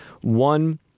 One